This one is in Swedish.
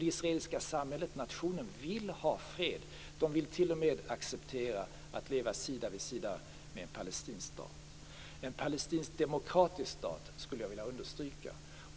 Det israeliska samhället, nationen, vill ha fred och vill t.o.m. acceptera att leva sida vid sida med en palestinsk stat - en palestinsk demokratisk stat, skulle jag vilja understryka.